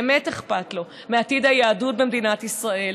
באמת אכפת להם מעתיד היהדות במדינת ישראל,